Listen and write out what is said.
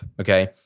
okay